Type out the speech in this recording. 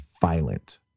violent